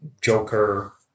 Joker